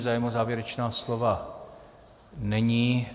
Zájem o závěrečná slova není.